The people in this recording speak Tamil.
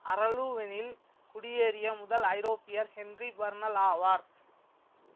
அரலூவெனில் குடியேறிய முதல் ஐரோப்பியர் ஹென்றி பர்னல் ஆவார்